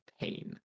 pain